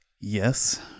Yes